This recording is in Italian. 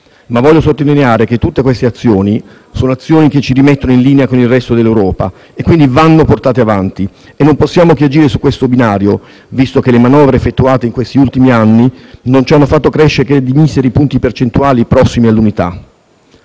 ma voglio sottolineare che tutte queste sono azioni che ci rimettono in linea con il resto dell'Europa e quindi vanno portate avanti e non possiamo che agire su questo binario, visto che le manovre effettuate in questi ultimi anni non ci hanno fatto crescere che di miseri punti percentuali prossimi all'unità.